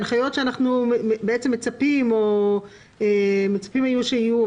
הנחיות שאנחנו מצפים שיהיו.